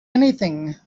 anything